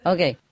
Okay